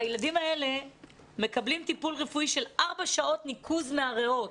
הילדים האלה מקבלים טיפול רפואי של ארבע שעות ניקוז מהריאות,